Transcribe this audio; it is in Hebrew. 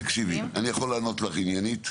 תקשיבי, אני יכול לענות לך עניינית?